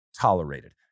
tolerated